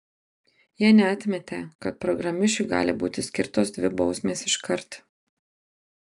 jie neatmetė kad programišiui gali būti skirtos dvi bausmės iškart